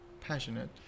passionate